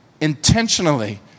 intentionally